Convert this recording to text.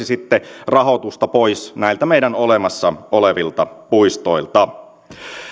sitten rahoitusta pois näiltä meidän olemassa olevilta puistoilta